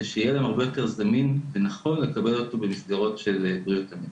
יהיה להם הרבה יותר זמין ונכון לקבל אותו במסגרות בריאות הנפש.